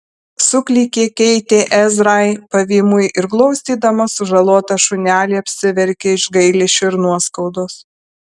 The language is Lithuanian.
suklykė keitė ezrai pavymui ir glostydama sužalotą šunelį apsiverkė iš gailesčio ir nuoskaudos